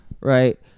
right